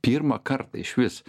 pirmą kartą išvis